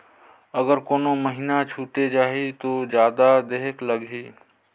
अगर कोनो महीना छुटे जाही तो जादा देहेक लगही?